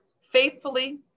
faithfully